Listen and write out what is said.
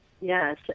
Yes